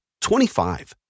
25